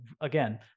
again